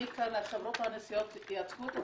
חברות הנסיעות ייצגו את עצמם,